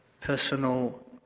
personal